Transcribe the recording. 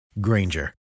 Granger